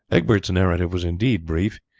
egbert's narrative was indeed brief.